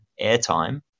airtime